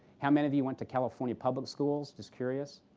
how many of you went to california public schools? just curious.